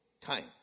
time